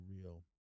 real